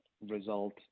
result